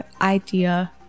idea